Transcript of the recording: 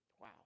Wow